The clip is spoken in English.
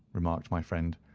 remarked my friend.